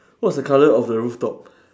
what's the colour of the rooftop